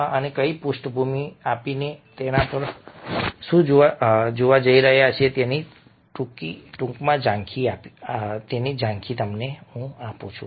તેથી તમને આ પૃષ્ઠભૂમિ આપીને અમે તમને શું જોવા જઈ રહ્યા છીએ તેની ટૂંકી ઝાંખી આપું છું